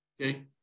Okay